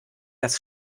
das